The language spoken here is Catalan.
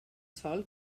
sol